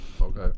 okay